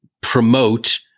promote